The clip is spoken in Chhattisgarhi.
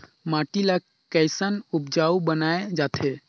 माटी ला कैसन उपजाऊ बनाय जाथे?